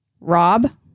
Rob